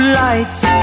lights